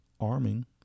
arming